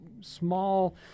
small